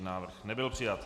Návrh nebyl přijat.